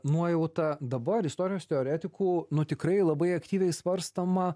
nuojauta dabar istorijos teoretikų nu tikrai labai aktyviai svarstomą